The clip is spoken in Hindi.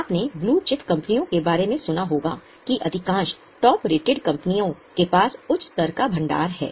आपने ब्लू चिप कंपनियों के बारे में सुना होगा कि अधिकांश टॉप रेटेड कंपनियों के पास उच्च स्तर का भंडार है